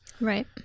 right